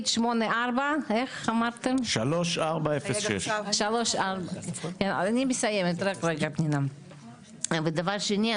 שידעו 3406*. דבר שני,